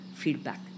feedback